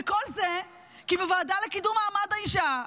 וכל זה כי הוועדה לקידום מעמד האישה,